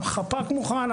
החפ"ק מוכן,